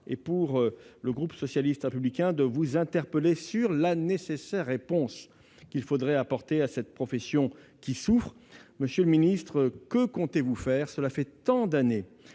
et pour le groupe socialiste et républicain de vous interpeller sur la nécessaire réponse qu'il faudrait apporter à cette profession qui souffre. Monsieur le secrétaire d'État, que comptez-vous faire ? Cela fait tant d'années